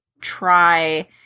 try